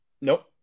nope